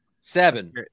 Seven